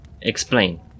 explain